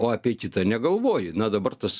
o apie kitą negalvoji na dabar tas